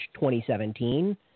2017